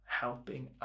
helping